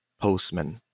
Postman